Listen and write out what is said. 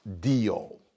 deal